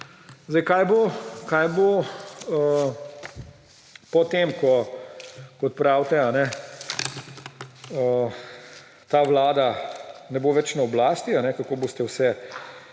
kot pravite, ko ta vlada ne bo več na oblasti, kako boste vse